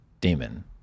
demon